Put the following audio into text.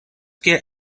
get